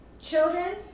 children